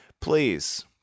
please